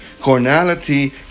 Cornality